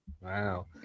wow